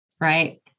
Right